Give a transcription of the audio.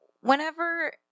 whenever